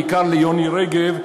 בעיקר ליוני רגב,